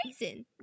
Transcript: raisin